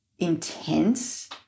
intense